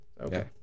Okay